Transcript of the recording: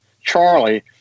Charlie